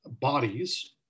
bodies